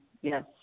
yes